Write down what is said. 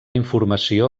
informació